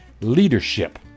leadership